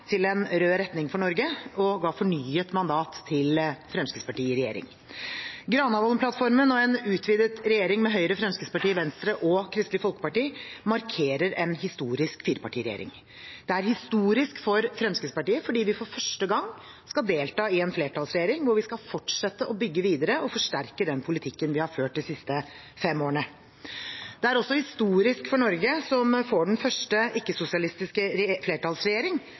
til en rød retning for Norge og ga fornyet mandat til Fremskrittspartiet i regjering. Granavolden-plattformen og en utvidet regjering med Høyre, Fremskrittspartiet, Venstre og Kristelig Folkeparti markerer en historisk firepartiregjering. Det er historisk for Fremskrittspartiet fordi vi for første gang skal delta i en flertallsregjering hvor vi skal fortsette å bygge videre og forsterke den politikken vi har ført de siste fem årene. Det er også historisk for Norge, som får den første ikke-sosialistiske flertallsregjering